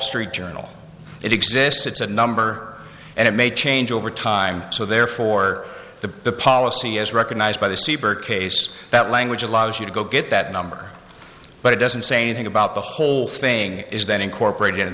street journal it exists it's a number and it may change over time so therefore the policy is recognized by the super case that language allows you to go get that number but it doesn't say anything about the whole thing is that incorporated